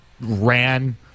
ran